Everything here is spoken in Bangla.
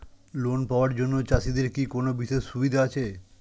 লোন পাওয়ার জন্য চাষিদের কি কোনো বিশেষ সুবিধা আছে?